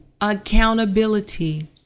accountability